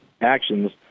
actions